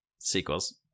sequels